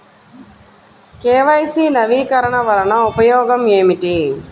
KYC నవీకరణ వలన ఉపయోగం ఏమిటీ?